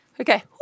Okay